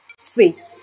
faith